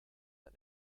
nel